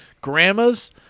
Grandmas